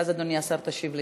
ואז, אדוני השר, תשיב לשניהם.